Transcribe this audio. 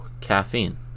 caffeine